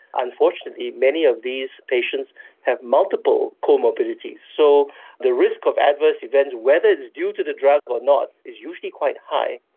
unfortunately many of these patients have multiple comorbidities. so the risk of adverse events, whether it it's due to the drug or not, is usually quite high.